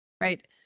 right